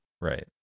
Right